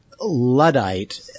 Luddite